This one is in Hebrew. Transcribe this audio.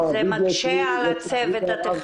זה מקשה עלינו.